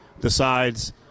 decides